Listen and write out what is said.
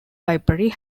library